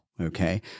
Okay